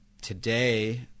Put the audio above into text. Today